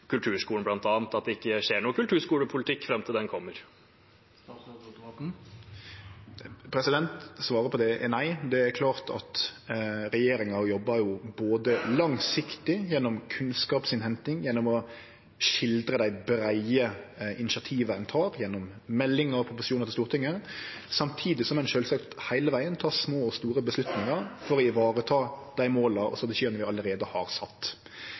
kulturskolen, bl.a., at det ikke skjer noen kulturskolepolitikk fram til den kommer? Svaret på det er nei. Regjeringa jobbar både langsiktig gjennom kunnskapsinnhenting, gjennom å skildre dei breie initiativa ein tek, gjennom meldingar og proposisjonar til Stortinget, samtidig som vi sjølvsagt heile vegen tek små og store avgjerder for å vareta dei måla vi allereie har sett. Så det er ikkje noka motsetning der, men eg vil nok meine at når vi